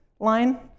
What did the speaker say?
line